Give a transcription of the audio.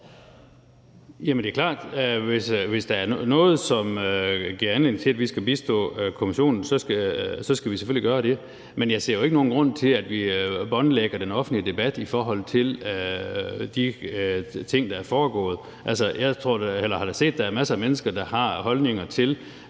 det er klart, at hvis der er noget, som giver anledning til, at vi skal bistå kommissionen, så skal vi selvfølgelig gøre det. Men jeg ser jo ikke nogen grund til, at vi båndlægger den offentlige debat i forhold til de ting, der er foregået. Jeg har da set, at der er masser af mennesker, der har holdninger til,